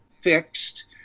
fixed